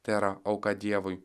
tai yra auka dievui